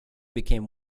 became